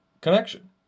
connection